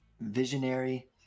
visionary